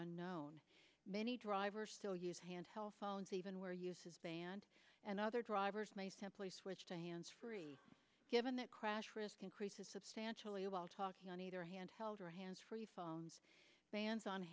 unknown many drivers still use hand held phones even where use is banned and other drivers may simply switch to hands free given that crash risk increases substantially while talking on either hand held her hands free phones bans on